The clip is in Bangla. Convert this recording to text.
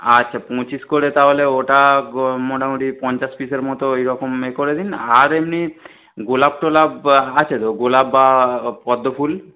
আচ্ছা পঁচিশ করে তাহলে ওটা মোটামুটি পঞ্চাশ পিসের মতো এই রকমেয়ে করে দিন আর এমনি গোলাপ টোলাপ আছে তো গোলাপ বা পদ্মফুল